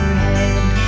head